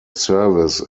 service